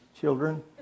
children